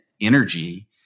energy